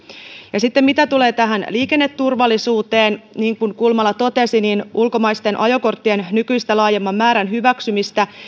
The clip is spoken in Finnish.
ja sitten mitä tulee tähän liikenneturvallisuuteen niin kuten kulmala totesi ulkomaisten ajokorttien nykyistä laajemman määrän hyväksymistä